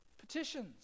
Petitions